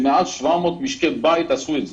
שמעל 700 משקי בית עשו את זה.